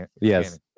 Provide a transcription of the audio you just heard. Yes